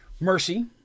Mercy